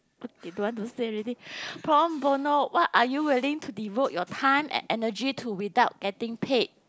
quick they don't want to say anything pro bono what are you willing to devote your time and energy to without getting paid